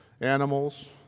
animals